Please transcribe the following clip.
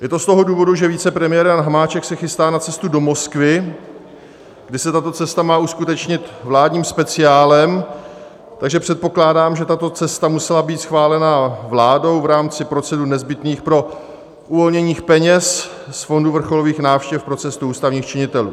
Je to z toho důvodu, že vicepremiér Jan Hamáček se chystá na cestu do Moskvy, kdy se tato cesta má uskutečnit vládním speciálem, takže předpokládám, že tato cesta musela být schválena vládou v rámci procedur nezbytných pro uvolnění peněz z fondu vrcholových návštěv pro cestu ústavních činitelů.